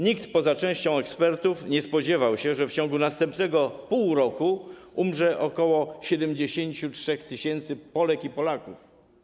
Nikt poza częścią ekspertów nie spodziewał się, że w ciągu następnego pół roku umrze ok. 73 tys. Polek i Polaków.